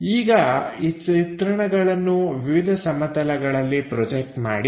ಈಗ ಈ ಚಿತ್ರಣಗಳನ್ನು ವಿವಿಧ ಸಮತಲಗಳಲ್ಲಿ ಪ್ರೊಜೆಕ್ಟ್ ಮಾಡಿ